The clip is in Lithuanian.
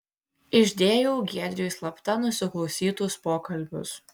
išdėjau giedriui slapta nusiklausytus pokalbius